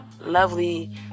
lovely